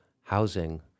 housing